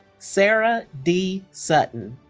sara d. sutton